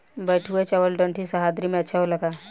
बैठुआ चावल ठंडी सह्याद्री में अच्छा होला का?